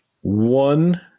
one